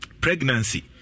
pregnancy